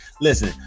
Listen